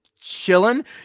Chilling